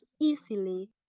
easily